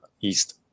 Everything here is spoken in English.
East